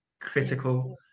critical